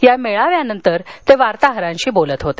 या मेळाव्यानंतर ते वार्ताहरांशी बोलत होते